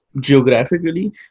geographically